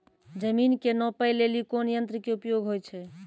जमीन के नापै लेली कोन यंत्र के उपयोग होय छै?